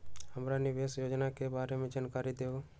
हमरा निवेस योजना के बारे में जानकारी दीउ?